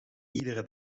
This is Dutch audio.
iedere